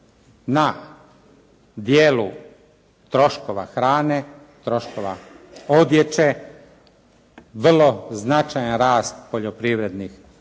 na dijelu troškova hrane, troškova odjeće vrlo značajan rast poljoprivrednih